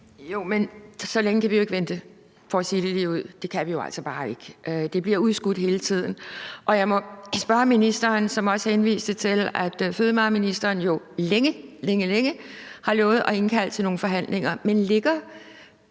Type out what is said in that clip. Jo, men så længe kan vi jo ikke vente for at sige det ligeud – det kan vi jo altså bare ikke. Det bliver udskudt hele tiden. Og jeg må spørge ministeren, som også henviste til, at fødevareministeren jo længe, længe har lovet at indkalde til nogle forhandlinger. Men ligger